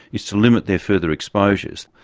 is to limit their further exposures,